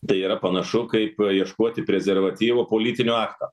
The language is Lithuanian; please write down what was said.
tai yra panašu kaip ieškoti prezervatyvo po lytinio akto